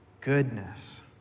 goodness